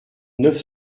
neuf